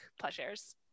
pleasures